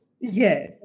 Yes